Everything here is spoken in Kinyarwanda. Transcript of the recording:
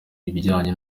ibijyanye